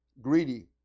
greedy